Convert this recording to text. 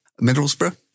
Middlesbrough